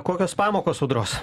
kokios pamokos audros